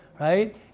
right